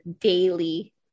daily